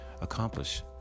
accomplish